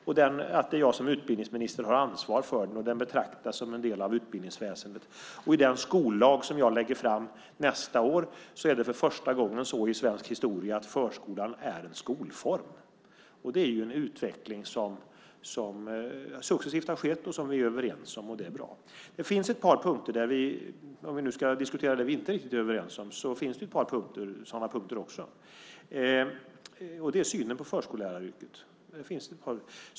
Det är jag som utbildningsminister som har ansvar för den och den betraktas som en del av utbildningsväsendet. I den skollag som jag lägger fram nästa år är förskolan en skolform för första gången i svensk historia. Det är ju en utveckling som har skett successivt och som vi är överens om. Det är bra. Om vi ska diskutera sådant som vi inte är riktigt överens om, så finns det ett par sådana punkter. Det gäller synen på förskolläraryrket.